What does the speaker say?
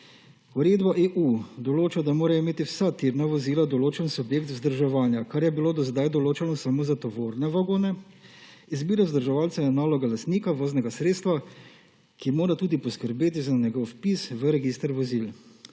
Uredba EU določa, da morajo imeti tirna vozila določen subjekt vzdrževanja, kar je bilo do zdaj določeno samo za tovorne vagone, izbira vzdrževalcev je naloga lastnika voznega sredstva, ki mora tudi poskrbeti za njegov vpis v register vozil.